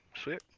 sweet